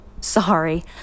Sorry